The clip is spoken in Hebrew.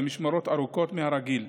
במשמרות ארוכות מהרגיל,